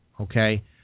okay